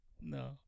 no